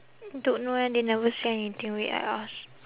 don't know eh they never say anything wait I ask